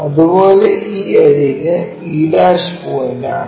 അതുപോലെ ഈ അരിക് e' പോയിന്റ് ആണ്